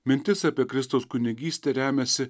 mintis apie kristaus kunigystę remiasi